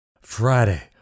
Friday